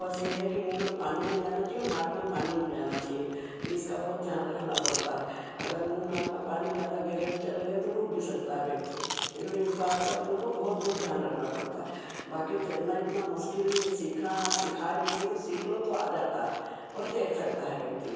बस ये है कि मुँह में पानी नहीं जाना चाहिए और नाक में पानी नहीं जाना चाहिए इसका बहुत ध्यान रखना पड़ता है अगर मुँह नाक में पानी ज़्यादा गहरे में चले गए तो डूब भी सकता है व्यक्ति इसलिए इस बात का अपने को बहुत बहुत ध्यान रखना पड़ता है बाकी तैरना इतना मुश्किल नहीं है सीखना सिखाए व्यक्ति तो सीख लो तो आ जाता और तैर सकता है व्यक्ति